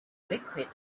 liquid